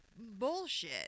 bullshit